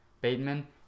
bateman